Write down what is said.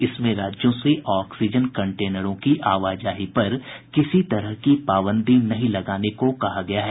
इसमें राज्यों से ऑक्सीजन कंटेनरों की आवाजाही पर किसी तरह की पाबंदी नहीं लगाने को कहा गया है